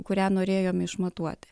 kurią norėjome išmatuoti